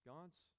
God's